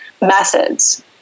methods